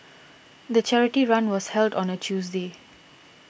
the charity run was held on a Tuesday